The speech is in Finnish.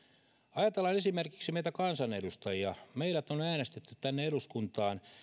ajatellaan esimerkiksi meitä kansanedustajia meidät on äänestetty tänne eduskuntaan